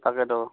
তাকেইতো